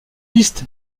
liste